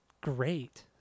great